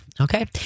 okay